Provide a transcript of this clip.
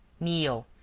kneel,